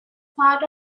part